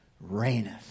reigneth